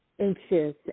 anxious